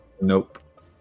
Nope